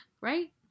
Right